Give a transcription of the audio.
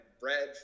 bread